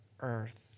earth